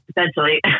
essentially